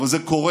אבל זה קורה.